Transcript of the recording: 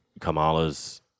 Kamala's